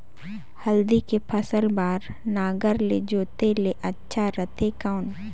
हल्दी के फसल बार नागर ले जोते ले अच्छा रथे कौन?